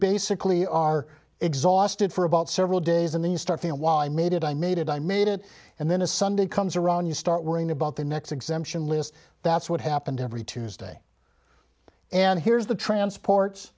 basically are exhausted for about several days and then start thinking why i made it i made it i made it and then a sunday comes around you start worrying about the next exemption list that's what happened every tuesday and here's the transport